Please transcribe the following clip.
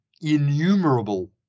innumerable